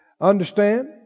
Understand